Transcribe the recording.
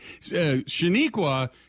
Shaniqua